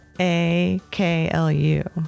A-K-L-U